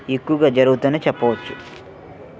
ఎక్కువగా జరుగుతుందనే చెప్పవచ్చు